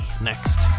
next